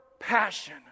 passion